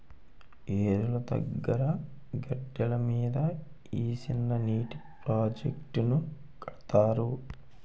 ఏరుల దగ్గిర గెడ్డల మీద ఈ సిన్ననీటి ప్రాజెట్టులను కడతారు